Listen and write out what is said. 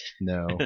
No